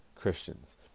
Christians